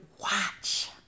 watch